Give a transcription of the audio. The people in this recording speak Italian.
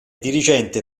dirigente